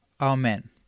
Amen